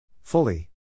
Fully